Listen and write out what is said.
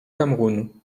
cameroun